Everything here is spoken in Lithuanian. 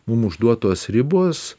mum užduotos ribos